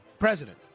president